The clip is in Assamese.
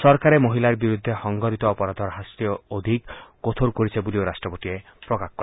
চৰকাৰে মহিলাৰ বিৰুদ্ধে সংঘটিত অপৰাধৰ শাস্তি অধিক কঠোৰ কৰিছে বুলিও ৰট্টপতিয়ে প্ৰকাশ কৰে